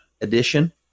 Edition